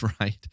right